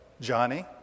Johnny